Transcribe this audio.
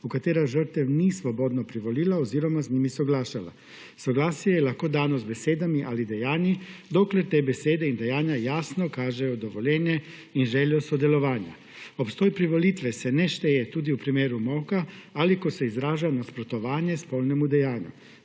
v katera žrtev ni svobodno privolila oziroma z njimi soglašala. Soglasje je lahko dano z besedami ali dejanji, dokler te besede in dejanja jasno kažejo dovoljenje in željo sodelovanja. Obstoj privolitve se ne šteje tudi v primeru molka ali ko se izraža nasprotovanje spolnemu dejanju.